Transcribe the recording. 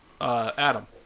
Adam